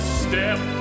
step